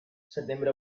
setembre